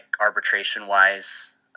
arbitration-wise